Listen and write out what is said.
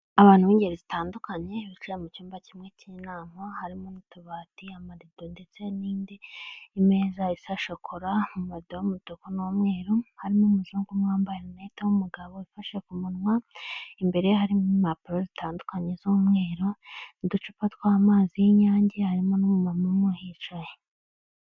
abantu b'ingeri zitandukanye bijira mu cyumba kimwe cy'inama harimo n'utubati amarido ndetse n'indi imeza isa shokora mu mu marido y'umutuku n'umweru harimo umuzungu mwa wamba rinete w'umugabo ufashe ku munwa imbere harimo impapuro zitandukanye z'umweru muducupa tw'amazi y'inyange harimo n'umumama umwe uhicaye.